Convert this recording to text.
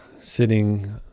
sitting